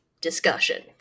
discussion